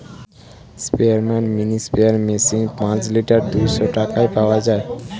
স্পেয়ারম্যান mini sprayer machine পাঁচ litre দুইশো টাকায় পাওয়া যায়